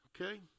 Okay